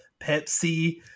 pepsi